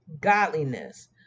godliness